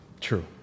True